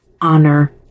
honor